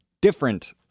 different